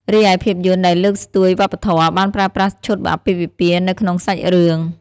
រីឯភាពយន្តដែលលើកស្ទួយវប្បធម៌ បានប្រើប្រាស់ឈុតអាពាហ៍ពិពាហ៍នៅក្នុងសាច់រឿង។